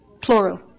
plural